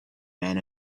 men